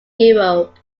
europe